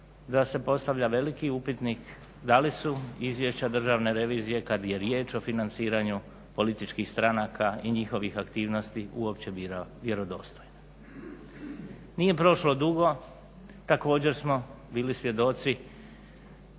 da se postavlja veliki upitnik da li su izvješća Državne revizije kad je riječ o financiranju političkih stranaka i njihovih aktivnosti uopće vjerodostojna. Nije prošlo dugo, također smo bili svjedoci